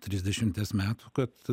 trisdešimties metų kad